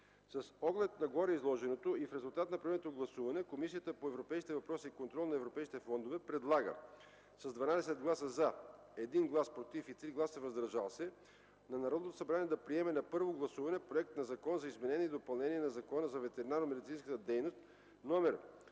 С оглед на гореизложеното и в резултат на проведеното гласуване, Комисията по европейските въпроси и контрол на европейските фондове предлага (с 12 гласа „за“, 1 глас „против“ и 3 гласа “въздържали се“) на Народното събрание да приеме на първо гласуване Законопроект за изменение и допълнение на Закона за ветеринарномедицинската дейност, №